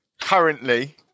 currently